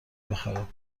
بخرم